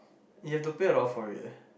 you have to paid a lot for it eh